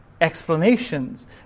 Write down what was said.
explanations